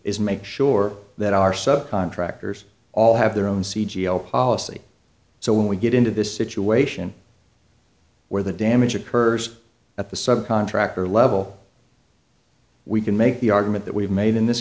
is make sure that our sub contractors all have their own sea g l policy so when we get into this situation where the damage occurs at the sub contractor level we can make the argument that we've made in this